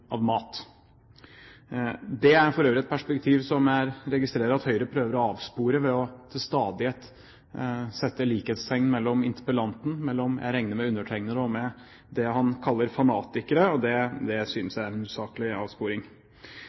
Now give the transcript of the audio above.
mat. Det er for øvrig et perspektiv som jeg registrerer at Høyre prøver å avspore ved til stadighet å sette likhetstegn mellom interpellanten og – jeg regner med undertegnede også – det han kaller fanatikere. Det synes jeg er en usaklig avsporing.